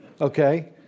okay